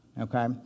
okay